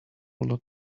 not